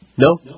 No